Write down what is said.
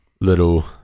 little